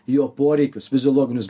jo poreikius fiziologinius